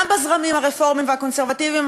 גם בזרמים הרפורמיים והקונסרבטיביים,